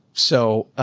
so,